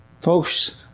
Folks